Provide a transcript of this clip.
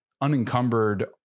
unencumbered